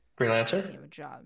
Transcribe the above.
Freelancer